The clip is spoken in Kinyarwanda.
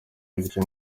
bityo